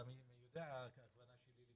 אתה יודע למי הכוונה שלי?